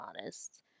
honest